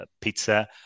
pizza